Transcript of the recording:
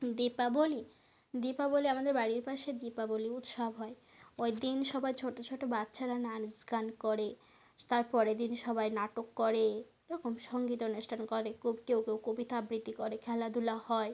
দীপাবলি দীপাবলি আমাদের বাড়ির পাশে দীপাবলি উৎসব হয় ওই দিন সবাই ছোটো ছোটো বাচ্ছারা নাচ গান করে তারপরের দিন সবাই নাটক করে এরকম সংগীত অনুষ্ঠান করে কেউ কেউ কবিতা আবৃত্তি করে খেলাধূলা হয়